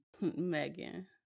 Megan